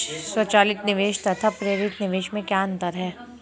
स्वचालित निवेश तथा प्रेरित निवेश में क्या अंतर है?